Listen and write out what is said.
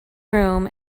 room